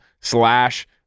slash